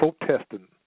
protesting